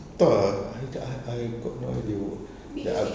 thought ah I I I got no idea wh~ they are